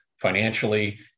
financially